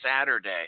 Saturday